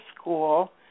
school